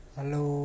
Hello